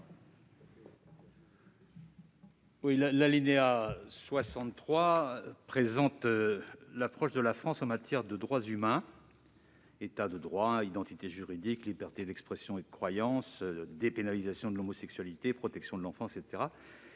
? L'alinéa 63 présente l'approche de la France en matière de droits humains : État de droit, identité juridique, liberté d'expression et de croyance, dépénalisation de l'homosexualité, protection de l'enfance, etc.